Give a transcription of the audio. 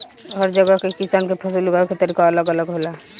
हर जगह के किसान के फसल उगावे के तरीका अलग अलग होला